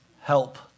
help